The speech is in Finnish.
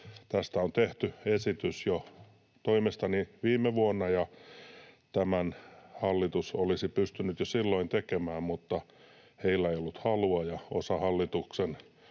toimestani tehty esitys jo viime vuonna, ja tämän hallitus olisi pystynyt jo silloin tekemään, mutta heillä ei ollut halua. Osa hallituksen